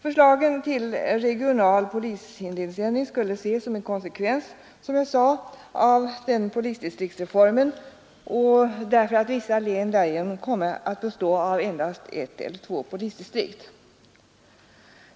Förslagen till ändring av den regionala polisorganisationen skulle, som jag sade, ses som en konsekvens av polisdistriktsreformen, eftersom vissa län därigenom kommer att bestå av endast ett eller två polisdistrikt.